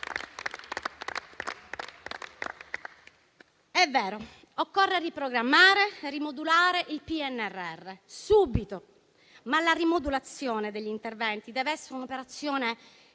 È vero, occorre riprogrammare e rimodulare il PNRR subito, ma la rimodulazione degli interventi dev'essere un'operazione